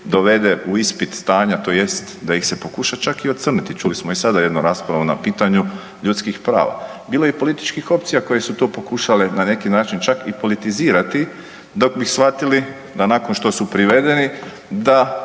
dovede u ispit stanja tj. da ih se pokuša čak i ocrniti. Čuli smo i sada jednu raspravu na pitanju ljudskih prava. Bilo je i političkih opcija koje su to pokušale na neki način čak i politizirati dok bi shvatili da nakon što su privedeni da